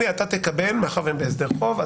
מאחר והם בהסדר חוב,